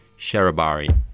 Sherabari